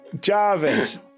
Jarvis